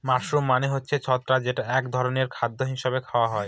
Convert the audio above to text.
mushroom মানে হচ্ছে ছত্রাক যেটা এক ধরনের খাদ্য হিসাবে খাওয়া হয়